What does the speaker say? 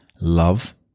love